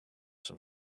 some